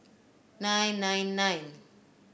nine nine nine